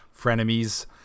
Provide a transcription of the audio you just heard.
frenemies